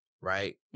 right